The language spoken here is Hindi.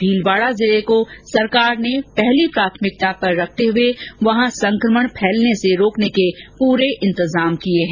भीलवाड़ा जिले को सरकार ने पहली प्राथमिकता पर रखते हुए वहां संकमण फैलने से रोकने के पूरे इंतजाम किए हैं